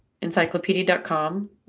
Encyclopedia.com